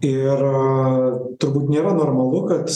ir turbūt nėra normalu kad